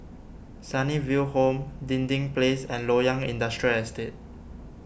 Sunnyville Home Dinding Place and Loyang Industrial Estate